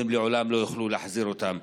הם לעולם לא יוכלו להחזיר אותם.